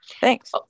thanks